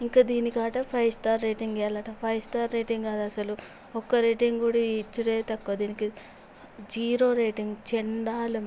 ఇంకా దీనికట five star rating ఇవ్వాలంటా ఫైవ్ స్టార్ రేటింగ్ కాదు అసలు ఒక్క రేటింగ్ కూడా ఇచ్చుడే తక్కువ దీనికి జీరో రేటింగ్ చండాలం